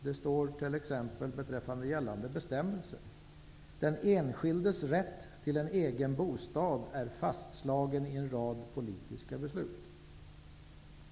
Beträffande gällande bestämmelser står t.ex.: ''Den enskildes rätt till en egen bostad är fastslagen i en rad politiska beslut.''